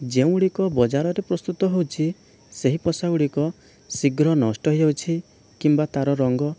ଯେଉଁଗୁଡ଼ିକ ବଜାରରେ ପ୍ରସ୍ତୁତ ହେଉଛି ସେହି ପୋଷାକ ଗୁଡ଼ିକ ଶୀଘ୍ର ନଷ୍ଟ ହୋଇ ଯାଉଛି କିମ୍ବା ତା'ର ରଙ୍ଗ